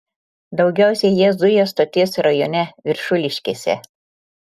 daugiausiai jie zuja stoties rajone viršuliškėse